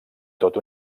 tot